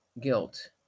guilt